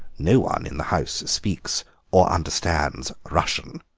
no one in the house speaks or understands russian.